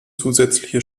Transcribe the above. zusätzliche